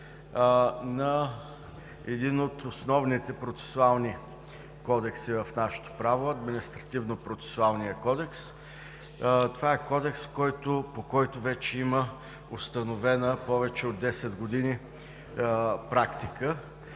на един от основните процесуални кодекси в нашето право – Админитративнопроцесуалният кодекс. Това е кодекс, по който има установена повече от 10 години практика,